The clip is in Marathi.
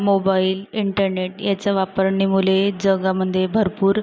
मोबाईल इंटरनेट याचा वापरणेमुळे जगामध्ये भरपूर